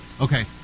Okay